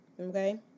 Okay